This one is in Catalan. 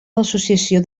l’associació